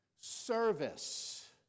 service